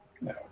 No